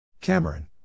Cameron